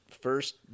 first